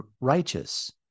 righteous